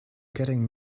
getting